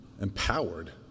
empowered